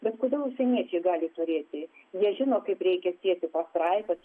bet kodėl užsieniečiai gali turėti jie žino kaip reikia sėti pastraipas